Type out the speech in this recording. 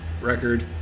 record